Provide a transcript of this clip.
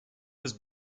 was